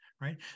right